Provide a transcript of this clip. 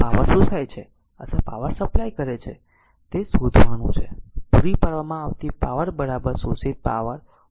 તેથી આ પાવર શોષાય છે અથવા પાવર સપ્લાય છે તે શોધવાનું છે પૂરી પાડવામાં આવતી પાવર શોષિત પાવર હોવી જોઈએ